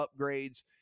upgrades